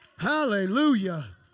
Hallelujah